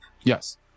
Yes